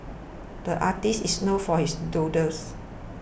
the artist is known for his doodles